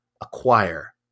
acquire